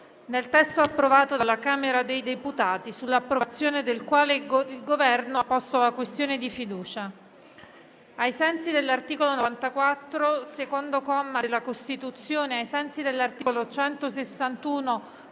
nel testo approvato dalla Camera dei deputati, sull'approvazione del quale il Governo ha posto la questione di fiducia: